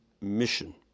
mission